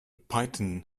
python